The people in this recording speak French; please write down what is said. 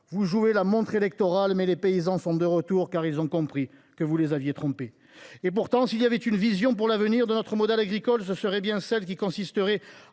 Vous jouez la montre électorale, mais les paysans sont de retour, car ils ont compris que vous les aviez trompés. Et pourtant, s’il existait une vision pour l’avenir de notre modèle agricole, elle anticiperait